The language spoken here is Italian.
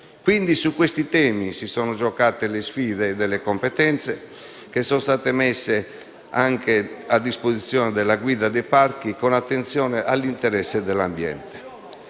terra. Su questi temi si sono giocate le sfide delle competenze che sono state messe a disposizione della guida dei parchi con attenzione all'interesse dell'ambiente.